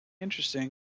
Interesting